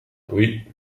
oui